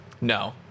No